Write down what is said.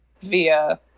via